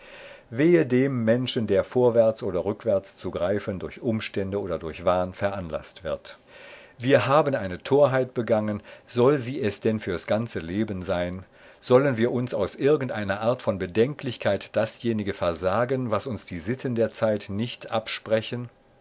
wehe dem menschen der vorwärts oder rückwärts zu greifen durch umstände oder durch wahn veranlaßt wird wir haben eine torheit begangen soll sie es denn fürs ganze leben sein sollen wir uns aus irgendeiner art von bedenklichkeit dasjenige versagen was uns die sitten der zeit nicht absprechen